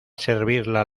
servirla